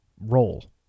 role